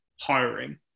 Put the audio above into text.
hiring